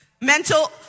Mental